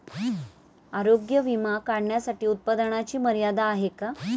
आरोग्य विमा काढण्यासाठी उत्पन्नाची मर्यादा आहे का?